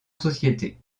société